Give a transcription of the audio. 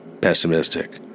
pessimistic